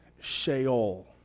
Sheol